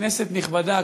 כנסת נכבדה,